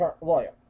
lawyer